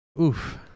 Oof